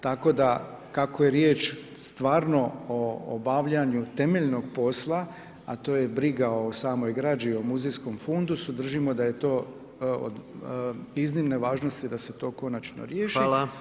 Tako da, kako je riječ stvarno o obavljanju temeljnog posla, a to je briga o samoj građi, o muzejskom fundusu, držimo da je to od iznimne važnosti da se to konačno riješi.